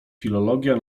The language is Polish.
filologia